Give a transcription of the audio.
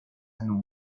نور